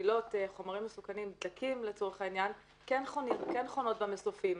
שמובילות חומרים מסוכנים דלקים לצורך העניין כל חונות במסופים.